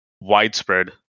widespread